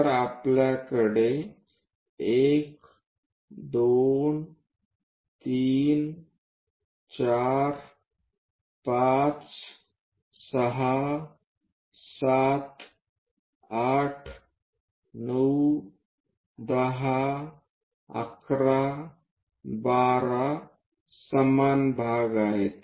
तर आपल्याकडे 1 2 3 4 5 6 7 8 9 10 11 12 समान भाग आहेत